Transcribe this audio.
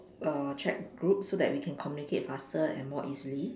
err chat group so that we can communicate faster and more easily